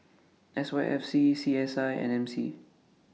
S Y F C C S I and M C